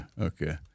okay